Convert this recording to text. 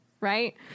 right